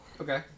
Okay